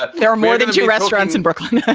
but there are more than two restaurants in brooklyn. yeah